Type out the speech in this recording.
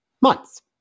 months